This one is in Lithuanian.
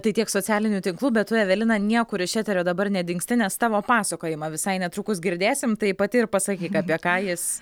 tai tiek socialinių tinklų bet tu evelina niekur iš eterio dabar nedingsti nes tavo pasakojimą visai netrukus girdėsim tai pati ir pasakyk apie ką jis